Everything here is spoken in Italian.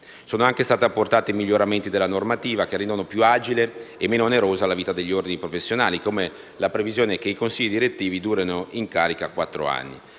Sono anche stati apportati miglioramenti della normativa che renderanno più agile e meno onerosa la vita degli Ordini professionali, come la previsione che i consigli direttivi durino in carica quattro anni.